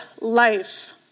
life